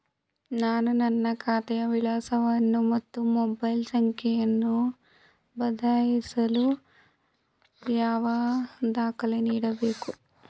ನಾನು ನನ್ನ ಖಾತೆಯ ವಿಳಾಸವನ್ನು ಮತ್ತು ಮೊಬೈಲ್ ಸಂಖ್ಯೆಯನ್ನು ಬದಲಾಯಿಸಲು ಯಾವ ದಾಖಲೆ ನೀಡಬೇಕು?